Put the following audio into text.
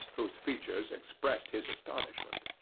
whose features expressed his astonishment.